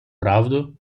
правду